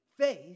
Faith